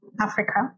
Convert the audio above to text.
Africa